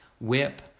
whip